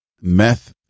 meth